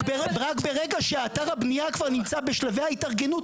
רק ברגע שאתר הבניה נמצא בשלבי ההתארגנות,